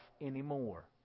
anymore